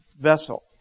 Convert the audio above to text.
vessel